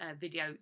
video